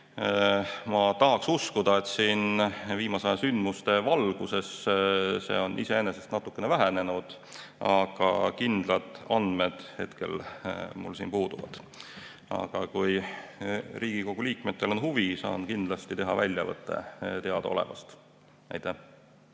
Ma tahan uskuda, et viimase aja sündmuste valguses see on iseenesest natukene vähenenud, aga kindlad andmed mul puuduvad. Aga kui Riigikogu liikmetel on huvi, saan kindlasti teha väljavõtte teadaolevast. Aitäh!